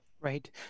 Right